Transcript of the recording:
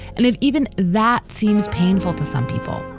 and if even that seems painful to some people,